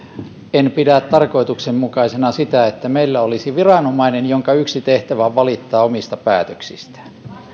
en pidä tarkoituksenmukaisena sitä että meillä olisi viranomainen jonka yksi tehtävä on valittaa omista päätöksistään